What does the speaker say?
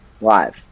live